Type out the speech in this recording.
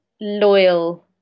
loyal